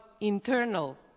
internal